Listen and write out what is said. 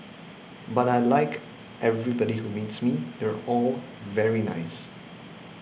but I like everybody who meets me they're all very nice